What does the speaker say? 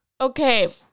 Okay